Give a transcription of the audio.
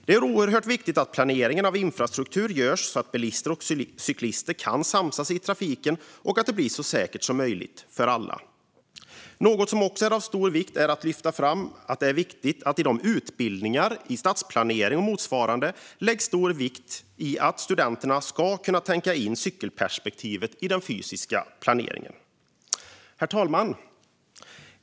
Det är oerhört viktigt att planering av infrastruktur görs så att bilister och cyklister kan samsas i trafiken och att det blir så säkert som möjligt för alla. Något som också är av stor vikt är att studenterna vid utbildningar i stadsplanering och motsvarande lär sig att tänka in cykelperspektivet i den fysiska planeringen. Herr talman!